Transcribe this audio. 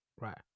Right